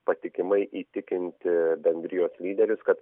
patikimai įtikinti bendrijos lyderius kad